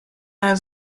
einer